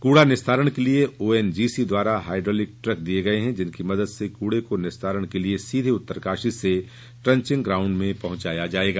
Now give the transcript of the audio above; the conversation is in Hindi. कूड़ा निस्तारण के लिए ओएनजीसी द्वारा हाईड्रोलिक ट्रक दिए गए हैं जिनकी मदद से कूड़े को निस्तारण के लिए सीधे उत्तरकाशी के ट्रंचिंग ग्राउंड में पहुंचाया जाएगा